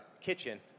kitchen